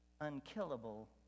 Unkillable